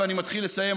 ואני מתחיל לסיים,